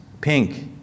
pink